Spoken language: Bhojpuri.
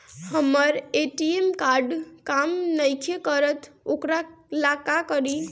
हमर ए.टी.एम कार्ड काम नईखे करत वोकरा ला का करी?